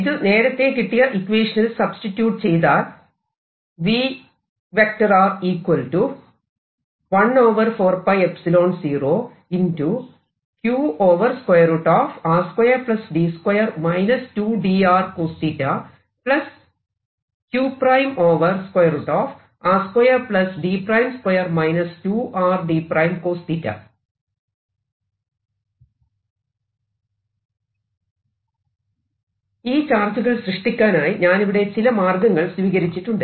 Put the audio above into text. ഇത് നേരത്തെ കിട്ടിയ ഇക്വേഷനിൽ സബ്സ്റ്റിട്യൂട് ചെയ്താൽ ഈ ചാർജുകൾ സൃഷ്ടിക്കാനായി ഞാനിവിടെ ചില മാർഗങ്ങൾ സ്വീകരിച്ചിട്ടുണ്ട്